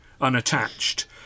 unattached